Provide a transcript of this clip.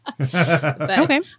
Okay